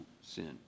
sin